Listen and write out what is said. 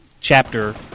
chapter